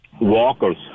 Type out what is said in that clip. Walkers